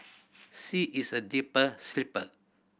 she is a deeper sleeper